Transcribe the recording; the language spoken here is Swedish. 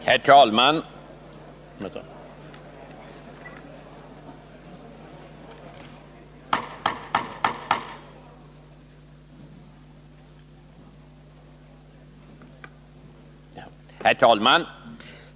Herr talman!